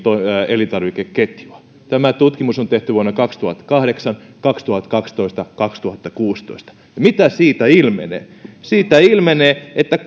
elintarvikeketjua tämä tutkimus on tehty vuonna kaksituhattakahdeksan kaksituhattakaksitoista kaksituhattakuusitoista ja mitä siitä ilmenee siitä ilmenee että